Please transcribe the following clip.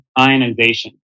ionization